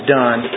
done